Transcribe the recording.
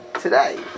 today